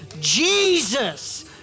Jesus